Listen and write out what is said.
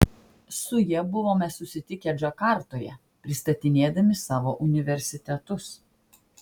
su ja buvome susitikę džakartoje pristatinėdami savo universitetus